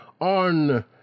on